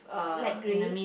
light grey